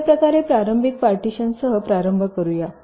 अशाप्रकारे प्रारंभिक पार्टीशनसह प्रारंभ करूया